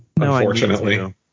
Unfortunately